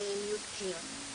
למיעוט פניות.